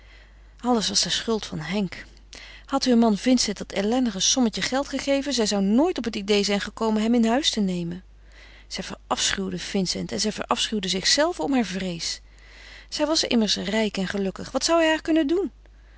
alles was de schuld van henk had heur man vincent dat ellendige sommetje geld gegeven zij zou nooit op het idée zijn gekomen hem in huis te nemen zij verafschuwde vincent en zij verafschuwde zichzelve om haar vrees zij was immers rijk en gelukkig wat zou hij haar kunnen doen